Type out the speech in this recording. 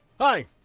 Hi